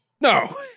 no